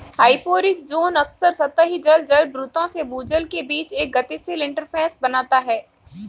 hyporheic zone अक्सर सतही जल जलभृतों से भूजल के बीच एक गतिशील इंटरफ़ेस बनाता है